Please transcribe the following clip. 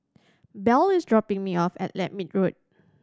Bell is dropping me off at Lermit Road